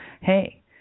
hey